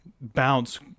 bounce